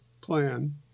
plan